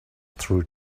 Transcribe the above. through